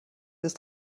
ist